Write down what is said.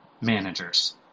managers